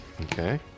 Okay